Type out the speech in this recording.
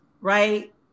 right